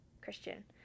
Christian